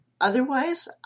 Otherwise